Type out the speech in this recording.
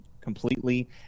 completely